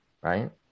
right